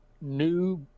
new